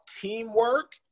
teamwork